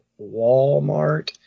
Walmart